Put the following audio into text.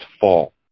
fall